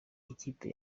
ikipe